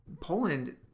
Poland